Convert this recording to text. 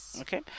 Okay